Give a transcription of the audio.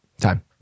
time